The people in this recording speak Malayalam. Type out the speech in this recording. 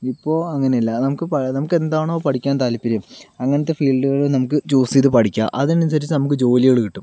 ഇപ്പോൾ അങ്ങനെയല്ല അത് നമുക്ക് പഴയ നമുക്കെന്താണോ പഠിക്കാൻ താല്പര്യം അങ്ങനത്തെ ഫീൽഡുകള് നമുക്ക് ചൂസ് ചെയ്തു പഠിക്കാം അതിനനുസരിച്ച് നമുക്ക് ജോലികള് കിട്ടും